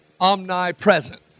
omnipresent